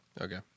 Okay